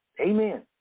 Amen